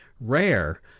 rare